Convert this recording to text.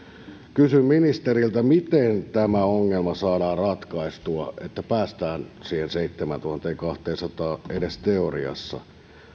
kysyn ministeriltä miten tämä ongelma saadaan ratkaistua että päästään siihen seitsemääntuhanteenkahteensataan edes teoriassa